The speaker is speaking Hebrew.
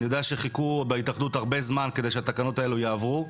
אני יודע שחיכו בהתאחדות הרבה זמן כדי שהתקנות האלה יעברו.